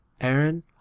Aaron